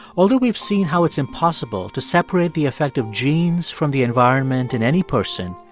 although we've seen how it's impossible to separate the effect of genes from the environment in any person,